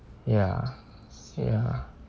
ya ya